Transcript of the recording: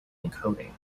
encoding